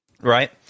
Right